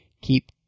keep